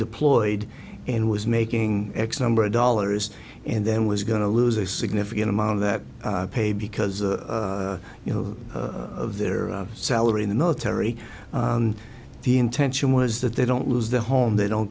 deployed and was making x number of dollars and then was going to lose a significant amount of that pay because you know of their salary in the military the intention was that they don't lose their home they don't